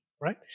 right